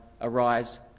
arise